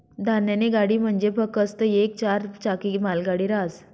धान्यनी गाडी म्हंजी फकस्त येक चार चाकी मालगाडी रहास